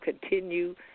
continue